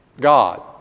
God